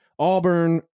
Auburn